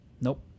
Nope